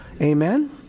Amen